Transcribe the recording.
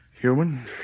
human